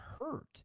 hurt